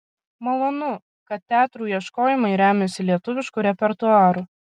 malonu kad teatrų ieškojimai remiasi lietuvišku repertuaru